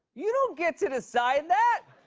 you don't get to decide that!